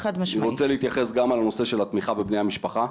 אני רוצה להתייחס גם לנושא של התמיכה בבני המשפחה,